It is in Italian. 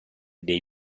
dei